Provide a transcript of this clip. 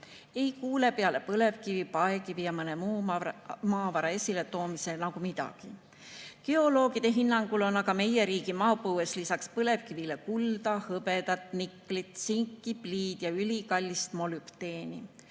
Ei kuule peale põlevkivi, paekivi ja mõne muu maavara esiletoomise nagu midagi. Geoloogide hinnangul on aga meie riigi maapõues lisaks põlevkivile kulda, hõbedat, niklit, tsinki, pliid ja ülikallist molübdeeni,